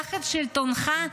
תחת שלטונך,